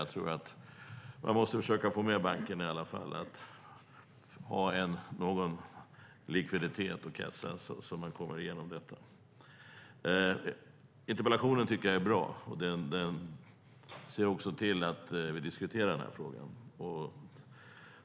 Man måste i alla fall försöka få bankerna att ha någon likviditet och kassa så att man kommer igenom detta. Interpellationen är bra, och den ser till att vi diskuterar frågan.